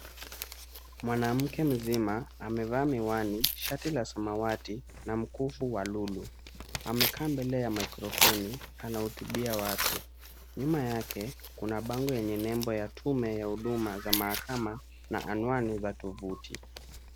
Mwanamke mzima amevaa miwani, shati la samawati na mkufu wa lulu. Amekaa mbele ya mikrofoni anahutubia watu. Nyuma yake kuna bango yenye nembo ya tume ya huduma za mahakama na anwani za tovuti.